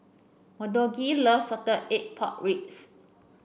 melodee loves Salted Egg Pork Ribs